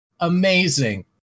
Amazing